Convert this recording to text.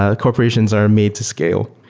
ah corporations are made to scale.